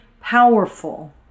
powerful